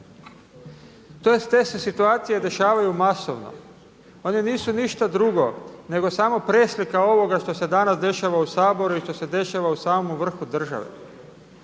Te se situacije dešavaju masovno. Oni nisu ništa drugo nego samo preslika ovoga što se danas dešava u Saboru i što se dešava u samom vrhu države.